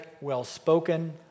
well-spoken